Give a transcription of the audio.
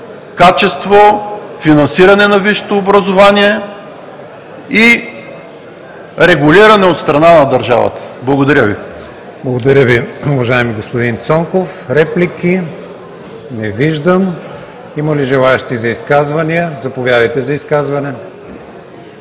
качеството, финансирането на висшето образование и регулиране от страна на държавата. Благодаря Ви. ПРЕДСЕДАТЕЛ КРИСТИАН ВИГЕНИН: Благодаря Ви, уважаеми господин Цонков. Реплики? Не виждам. Има ли желаещи за изказвания? Заповядайте за изказване.